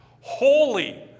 holy